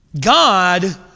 God